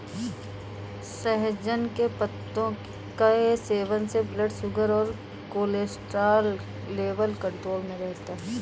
सहजन के पत्तों के सेवन से ब्लड शुगर और कोलेस्ट्रॉल लेवल कंट्रोल में रहता है